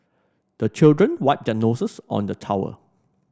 the children wipe their noses on the towel